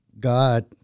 God